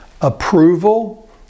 approval